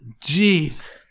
Jeez